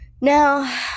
Now